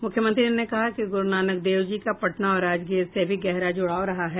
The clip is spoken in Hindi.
मुख्यमंत्री ने कहा कि गुरूनानक देव जी का पटना और राजगीर से भी गहरा जुड़ाव रहा था